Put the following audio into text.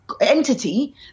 entity